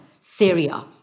Syria